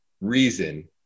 reason